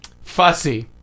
Fussy